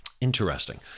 Interesting